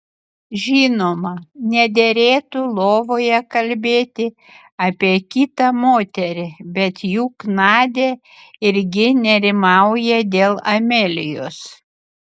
žinoma nederėtų lovoje kalbėti apie kitą moterį bet juk nadia irgi nerimauja dėl amelijos